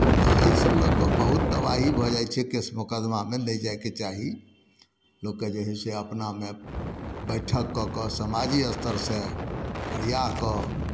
तऽ एहिसभ लऽ कऽ बहुत तबाही भऽ जाइ छै केस मोकदमामे नहि जाइके चाही लोककेँ जे हइ से अपनामे बैठक कऽ कऽ सामाजिक स्तरसँ फड़िया कऽ